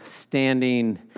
standing